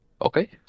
Okay